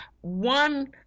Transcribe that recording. one